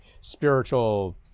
spiritual